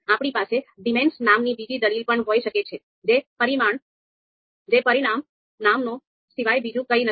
આપણી પાસે ડિમનેમ્સ નામની બીજી દલીલ પણ હોઈ શકે છે જે પરિમાણ નામો સિવાય બીજું કંઈ નથી